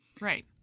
right